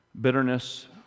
bitterness